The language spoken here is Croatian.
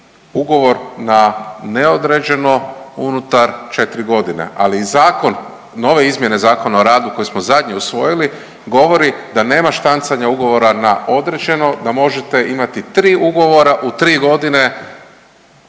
ugovor na neodređeno unutar četiri godine. Ali zakon, nove izmjene Zakona o radu koje smo zadnje usvojili govori da nema štancanja ugovora na određeno, da možete imati tri ugovora u tri godine